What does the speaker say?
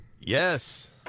Yes